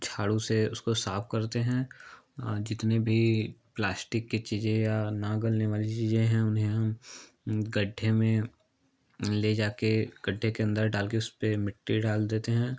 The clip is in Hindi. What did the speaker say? झाड़ू से उसको साफ करते हैं जितने भी प्लास्टिक के चीज़ें या ना गलने वाली चीज़ें हैं उन्हें हम गड्ढे में ले जाकर गड्ढे के अंदर डालकर उसपर मिट्टी डाल देते हैं